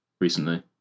recently